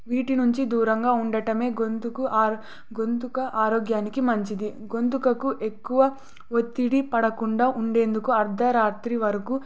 వీటి నుంచి దూరంగా ఉండటం గొంతుకు ఆ గొంతు ఆరోగ్యానికి మంచిది గొంతుకు ఎక్కువ ఒత్తిడి పడకుండా ఉండేందుకు అర్ధ రాత్రి వరకు